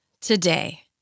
today